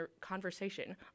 conversation